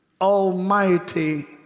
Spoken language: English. almighty